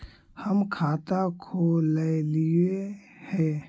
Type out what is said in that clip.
हम खाता खोलैलिये हे?